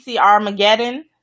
Armageddon